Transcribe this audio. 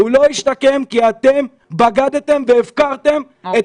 הוא לא ישתקם כי אתם בגדתם והפקרתם את